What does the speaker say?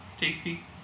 tasty